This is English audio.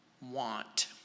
want